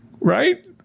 Right